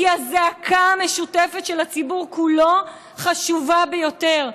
כי הזעקה המשותפת של הציבור כולו חשובה ביותר.